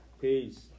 Peace